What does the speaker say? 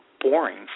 boring